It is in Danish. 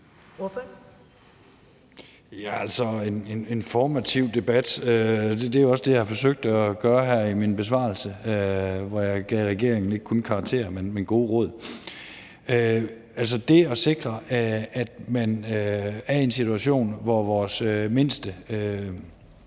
(V): Ja, altså en informativ debat er også det, jeg har forsøgt at bidrage med her i min besvarelse, hvor jeg ikke kun gav regeringen karakterer, men også gode råd. Det at sikre, at man er i en situation, hvor vores mindste